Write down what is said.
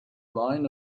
line